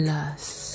Lust